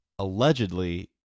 Allegedly